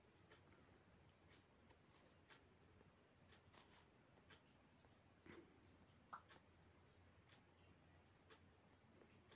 నేను దివాలా అయినట్లు కోర్టులో పిటిషన్ ఏశిన ఇప్పుడు అవసరానికి నేను లోన్ కోసం అప్లయ్ చేస్కోవచ్చా?